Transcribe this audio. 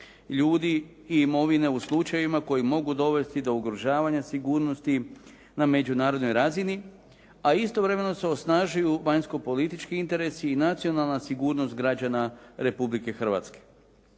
ljudi i imovine u slučajevima koji mogu dovesti do ugrožavanja sigurnosti na međunarodnoj razini a istovremeno osnažuju vanjsko-politički interesi i nacionalna sigurnost građana Republike Hrvatske.